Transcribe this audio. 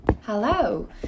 Hello